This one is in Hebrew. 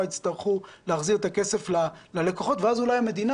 יצטרכו להחזיר את הכסף ללקוחות ואז אולי המדינה,